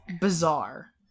bizarre